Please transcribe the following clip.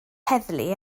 heddlu